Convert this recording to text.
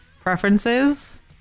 preferences